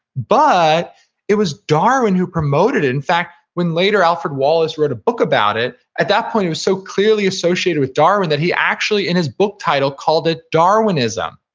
but it was darwin who promoted it fact, when later alfred wallace wrote a book about it, at that point it was so clearly associated with darwin that he actually in his book title called it darwinism.